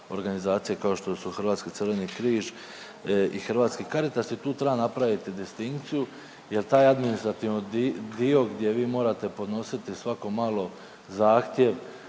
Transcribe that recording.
organizacije kao što su Hrvatski crveni križ i Hrvatski Caritas i tu treba napraviti distinkciju jel taj administrativni dio gdje vi morate podnositi svako malo zahtjev